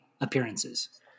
appearances